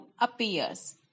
appears